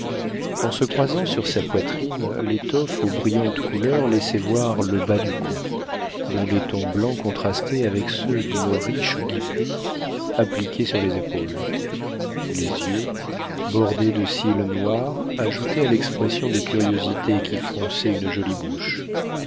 en se croisant sur la poitrine l'étoffe aux brillantes couleurs laissait voir le bas du cou dont les tons blancs contrastaient avec ceux d'une riche guipure appliquée sur les épaules les yeux bordés de cils noirs ajoutaient à l'expression de curiosité qui fronçait une jolie bouche